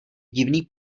divný